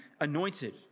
anointed